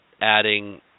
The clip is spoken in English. adding